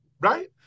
right